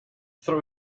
throw